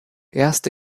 erste